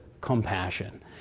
compassion